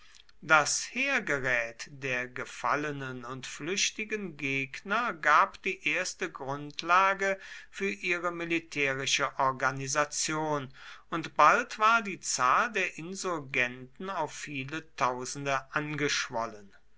das heergerät der gefallenen und flüchtigen gegner gab die erste grundlage für ihre militärische organisation und bald war die zahl der insurgenten auf viele tausende angeschwollen